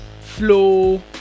flow